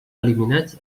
eliminats